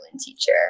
Teacher